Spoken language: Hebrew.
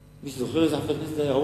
מישהו זוכר איזה חבר הכנסת זה היה?